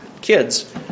kids